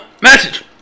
Message